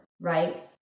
Right